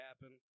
happen